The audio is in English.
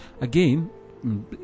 Again